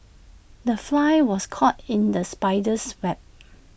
the fly was caught in the spider's web